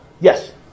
Yes